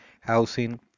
housing